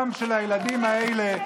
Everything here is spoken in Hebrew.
הדם של הילדים האלה,